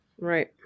right